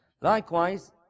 Likewise